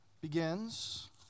begins